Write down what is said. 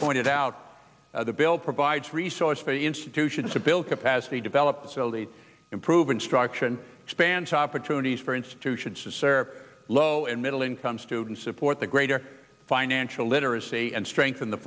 pointed out the bill provides resource for the institutions to build capacity develop improve instruction expands opportunities for institutions to sarap low and middle income students support the greater financial literacy and strengthen the